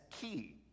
key